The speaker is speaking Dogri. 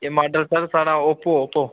एह् माडल सर साढ़ा ओपो ओपो